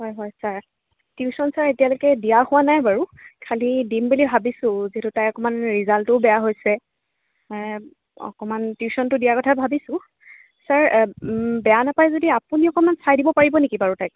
হয় হয় sir tuition sir এতিয়ালৈকে দিয়া হোৱা নাই বাৰু খালি দিম বুলি ভাবিছোঁ যিহেতু তাইৰ অকণমান ৰিজাল্টটো বেয়া হৈছে মানে অকণমান টিউশ্যনটো দিয়াৰ কথা ভাবিছোঁ ছাৰ বেয়া নেপায় যদি আপুনি অকণমান চাই দিব পাৰিব নেকি বাৰু তাইক